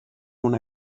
una